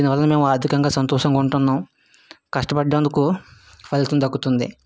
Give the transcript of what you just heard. దీనివలన మేము ఆర్థికంగా సంతోషంగా ఉంటున్నాం కష్టపడ్డందుకు ఫలితం దక్కుతుంది